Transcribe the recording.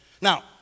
Now